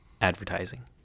advertising